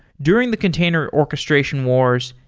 during the container orchestration wars,